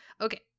Okay